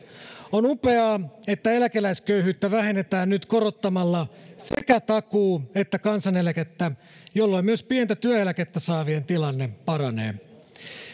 on upeaa että eläkeläisköyhyyttä vähennetään nyt korottamalla sekä takuu että kansaneläkettä jolloin myös pientä työeläkettä saavien tilanne paranee